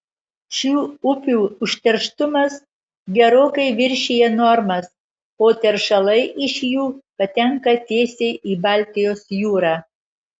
šių upių užterštumas gerokai viršija normas o teršalai iš jų patenka tiesiai į baltijos jūrą